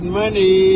money